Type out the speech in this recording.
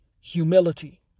humility